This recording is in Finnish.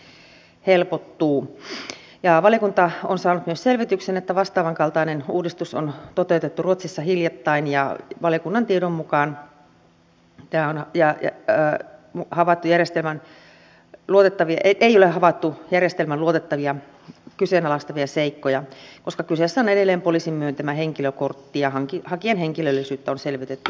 valiokunta on saanut myös selvityksen että vastaavan kaltainen uudistus on toteutettu ruotsissa hiljattain ja valiokunnan tiedon mukaan ei ole havaittu järjestelmän luotettavuutta kyseenalaistavia seikkoja koska kyseessä on edelleen poliisin myöntämä henkilökortti ja hakijan henkilöllisyyttä on selvitetty monin tavoin